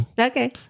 Okay